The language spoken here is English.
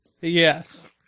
Yes